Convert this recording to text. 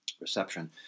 reception